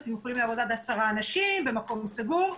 אתם יכולים לעבוד עד עשרה אנשים במקום סגור.